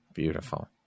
Beautiful